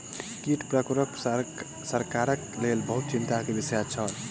कीट प्रकोप सरकारक लेल बहुत चिंता के विषय छल